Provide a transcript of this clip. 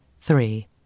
Three